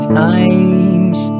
times